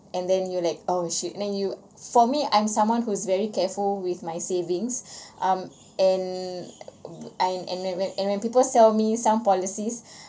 and then you like oh shit then you for me I'm someone who's very careful with my savings um and wh~ and and and when people sell me some policies